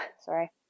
Sorry